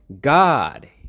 God